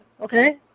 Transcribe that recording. Okay